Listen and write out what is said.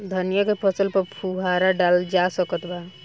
धनिया के फसल पर फुहारा डाला जा सकत बा?